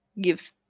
gives